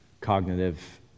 cognitive